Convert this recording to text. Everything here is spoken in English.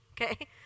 okay